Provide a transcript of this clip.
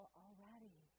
already